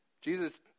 Jesus